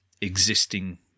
existing